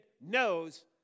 knows